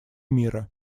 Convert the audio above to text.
мира